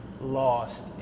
lost